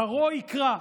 קרוא יקרא,